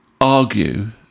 argue